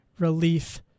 relief